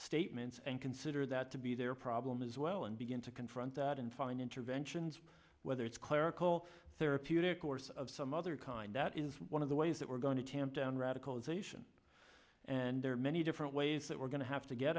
statements and consider that to be their problem as well and begin to confront that and find interventions whether it's clerical therapeutic course of some other kind that is one of the ways that we're going to tamp down radicalization and there are many different ways that we're going to have to get